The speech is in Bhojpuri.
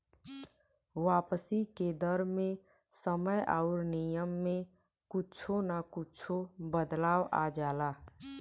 वापसी के दर मे समय आउर नियम में कुच्छो न कुच्छो बदलाव आ जाला